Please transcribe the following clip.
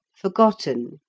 forgotten,